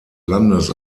landes